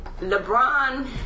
LeBron